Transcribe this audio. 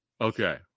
Okay